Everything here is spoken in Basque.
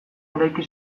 eraiki